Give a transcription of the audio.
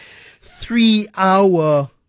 three-hour